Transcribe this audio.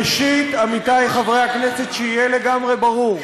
ראשית, עמיתי חברי הכנסת, שיהיה לגמרי ברור: